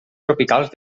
tropicals